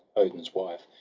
odin's wife.